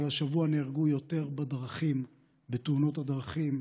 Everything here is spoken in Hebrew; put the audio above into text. אבל השבוע נהרגו יותר בתאונות הדרכים,